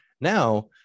Now